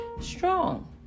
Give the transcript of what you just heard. strong